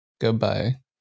Goodbye